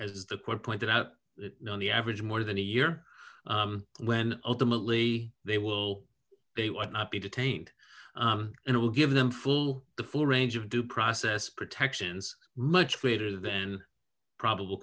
as the court pointed out on the average more than a year when ultimately they will they would not be detained and it will give them full the full range of due process protections much greater than probable